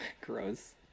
gross